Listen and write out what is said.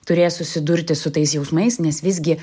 turės susidurti su tais jausmais nes visgi